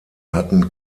hatten